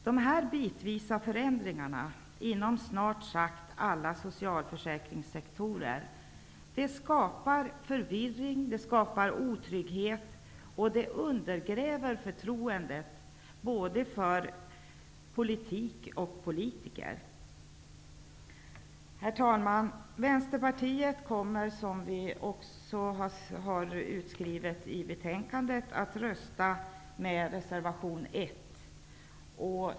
De här bitvisa förändringarna inom snart sagt alla socialförsäkringssektorer skapar förvirring och otrygghet och undergräver förtroendet både för politik och för politiker. Vänsterpartiet kommer, som vi också har skrivit i betänkandet, att rösta på reservation 1.